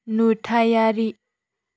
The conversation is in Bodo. नुथायारि